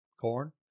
corn